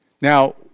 Now